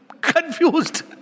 confused